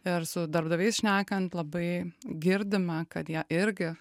ir su darbdaviais šnekant labai girdime kad jie irgi